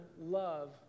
love